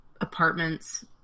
apartments